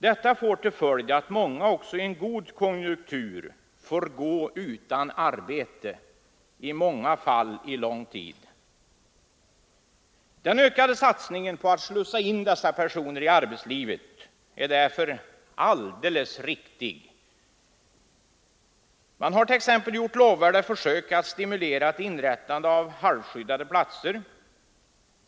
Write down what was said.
Detta får till följd att många också i en god konjunktur får gå utan arbete, i många fall under lång tid. Den ökade satsningen på att slussa in dessa personer i arbetslivet är därför alldeles riktig. Man har t.ex. gjort lovvärda försök att stimulera till inrättande av halvskyddade platser.